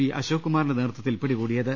P Ashok കുമാറിന്റെ നേതൃത്വത്തിൽ പിടികൂടിയത്